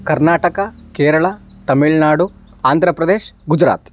कर्नाटक केरळा तमिळ्नाडु आन्द्रप्रदेशः गुज्रात्